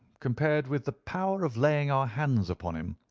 compared with the power of laying our hands upon him.